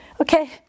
Okay